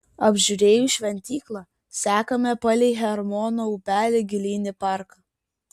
apžiūrėjus šventyklą sekame palei hermono upelį gilyn į parką